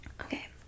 Okay